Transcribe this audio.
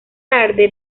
tarde